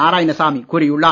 நாராயணசாமி கூறியுள்ளார்